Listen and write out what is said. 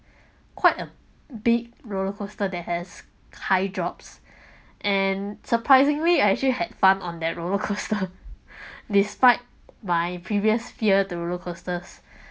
quite a big roller coaster that has high drops and surprisingly I actually had fun on that roller coaster despite by previous fear to roller coasters